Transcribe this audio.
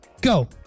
Go